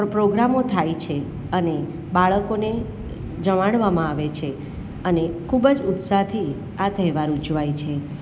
પ્રોગ્રામો થાય છે અને બાળકોને જમાડવામાં આવે છે અને ખૂબ જ ઉત્સાહથી આ તહેવાર ઉજવાય છે